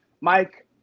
Mike